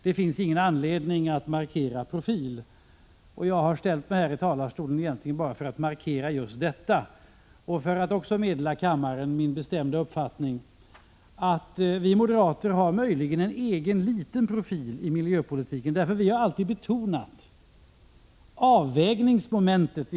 Det finns ingen anledning att markera profil, och jag har ställt mig här i talarstolen egentligen bara för att markera just detta men också för att meddela kammaren min bestämda uppfattning att vi moderater möjligen har en egen liten profil i miljöpolitiken, därför att vi alltid har betonat avvägningsmomentet.